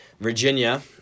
Virginia